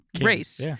race